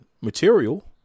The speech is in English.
material